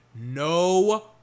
No